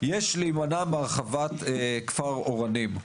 יש להימנע מהרחבת כפר אורנים,